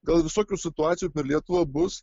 gal visokių situacijų per lietuvą bus